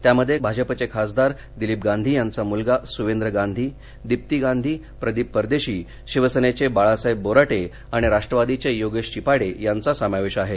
त्यामध्ये भाजपचे खासदार दिलीप गांधी यांचा मुलगा सुवेंद्र गांधी दीप्ती गांधी प्रदीप परदेशी शिवसेनेचे बाळासाहेब बोराटे आणि राष्ट्रवादीचे योगेश चिपाडे यांचा समावेश आहे